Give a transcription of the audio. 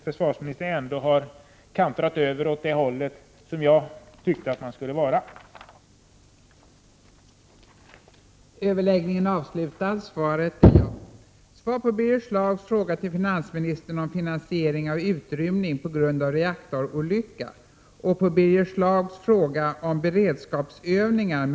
Om svaret är ja: Varför sker inte övningar med befolkningen runt kärnkraftverken?